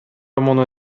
муну